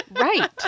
Right